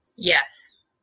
Yes